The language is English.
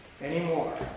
anymore